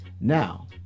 Now